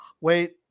wait